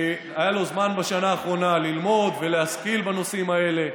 היה לו זמן בשנה האחרונה ללמוד ולהשכיל בנושאים האלה,